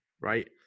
right